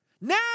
now